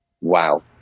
Wow